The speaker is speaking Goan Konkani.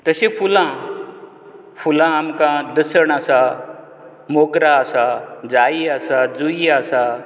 तशीं फुलां फुलां आमकां दसण आसा मोगरा आसा जाई आसा जुई आसा